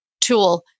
tool